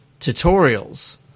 tutorials